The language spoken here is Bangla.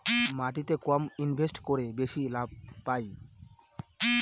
মাটিতে কম ইনভেস্ট করে বেশি লাভ পাই